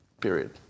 period